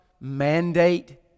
mandate